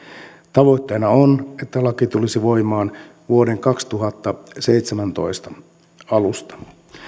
tavoitteena on että laki tulisi voimaan vuoden kaksituhattaseitsemäntoista alusta